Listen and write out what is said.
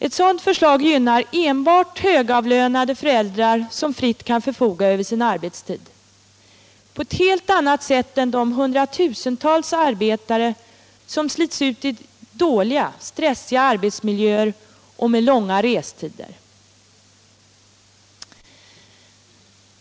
Ett sådant förslag gynnar enbart högavlönade föräldrar, som fritt kan förfoga över sin arbetstid på ett helt annat sätt än de hundratusentals arbetare som slits ut i dåliga, stressiga arbetsmiljöer och har långa restider.